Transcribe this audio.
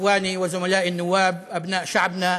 אחיי ועמיתיי חברי הפרלמנט, בני עמנו,